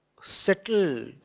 settled